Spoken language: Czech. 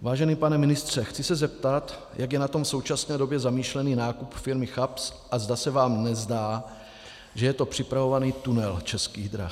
Vážený pane ministře, chci se zeptat, jak je na tom v současné době zamýšlený nákup firmy CHAPS a zda se vám nezdá, že je to připravovaný tunel Českých drah.